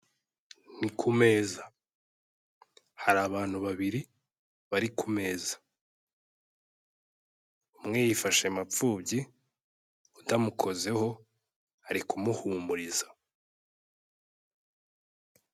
Ni ku meza. Hari babiri bari ku meza. Umwe yifashe mapfubyi, undi amukozeho, ari kumuhumuriza.